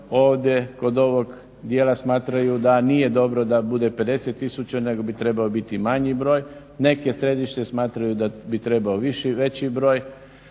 ovdje kod ovog dijela smatraju da nije dobro da bude 50 tisuća nego bi trebao biti manji broj. Neke središnjice smatraju da bi trebao veći broj.